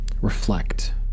reflect